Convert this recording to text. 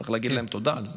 צריך להגיד להם תודה על זה,